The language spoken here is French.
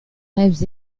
rêves